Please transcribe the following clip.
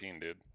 dude